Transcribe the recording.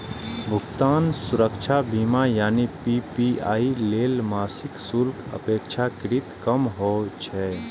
भुगतान सुरक्षा बीमा यानी पी.पी.आई लेल मासिक शुल्क अपेक्षाकृत कम होइ छै